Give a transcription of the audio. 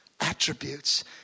attributes